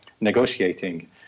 negotiating